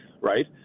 Right